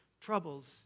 troubles